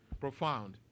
profound